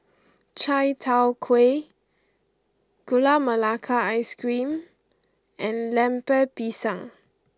Chai Tow Kway Gula Melaka Ice Cream and Lemper Pisang